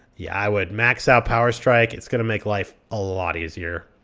yeah i would max out power strike. it's going to make life a lot easier.